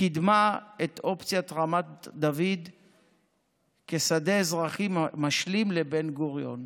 קידמה את אופציית רמת דוד כשדה אזרחי משלים לבן-גוריון.